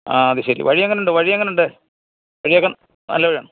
ആ അതുശരി വഴി എങ്ങനെയുണ്ട് വഴി എങ്ങനെയുണ്ട് വഴിയൊക്കെ നല്ല വഴിയാണോ